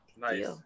Nice